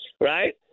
Right